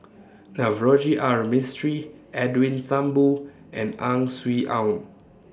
Navroji R Mistri Edwin Thumboo and Ang Swee Aun